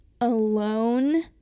alone